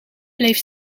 bleef